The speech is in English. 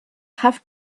have